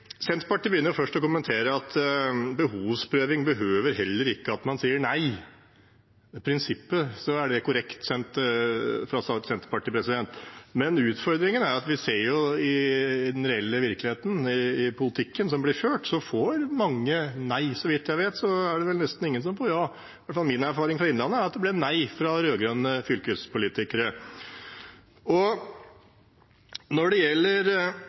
jo si: Senterpartiet begynner først å kommentere at behovsprøving behøver heller ikke bety at man sier nei. I prinsippet er det korrekt fra Senterpartiet, men utfordringen er at vi ser at i virkeligheten, i politikken som blir ført, får mange nei. Så vidt jeg vet, er det vel nesten ingen som får ja. I hvert fall er min erfaring fra Innlandet at det blir nei fra rød-grønne fylkespolitikere. Når